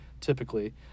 typically